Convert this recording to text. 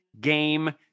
game